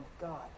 God